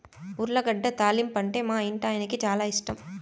ఉర్లగడ్డ తాలింపంటే మా ఇంటాయనకి చాలా ఇష్టం